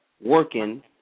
working